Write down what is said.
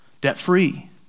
debt-free